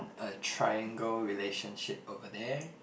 a triangle relationship over there